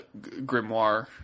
grimoire